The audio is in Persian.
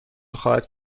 خواهد